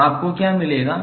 तो आपको क्या मिलेगा